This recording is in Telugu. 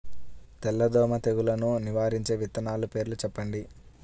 తెల్లదోమ తెగులును నివారించే విత్తనాల పేర్లు చెప్పండి?